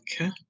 Okay